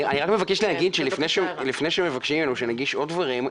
אני רק מבקש להגיד שלפני שמבקשים מאיתנו להגיש עוד דברים,